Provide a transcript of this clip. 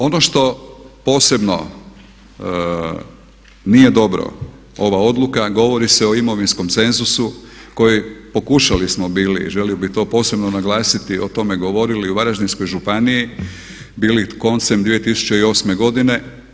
Ono što posebno nije dobro, ova odluka, govori se o imovinskom cenzusu koji pokušali smo bili, želio bih to posebno naglasiti, o tome govorili u Varaždinskoj županiji bili koncem 2008. godine.